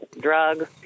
drugs